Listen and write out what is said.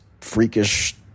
freakish